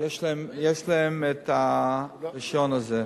יש רשיון כזה,